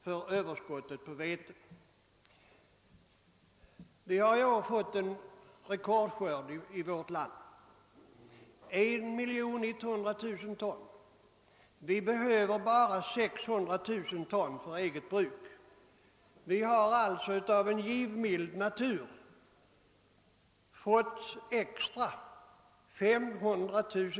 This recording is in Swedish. för överskottet på vete. Vi har ju fått en rekordskörd i vårt land, 1100 000 ton på en areal av endast ca 200 000 hektar. Vi behöver bara 600 000 ton för eget bruk. Vi kan sägas ha fått 200 000 ton vete extra av en givmild natur.